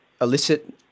illicit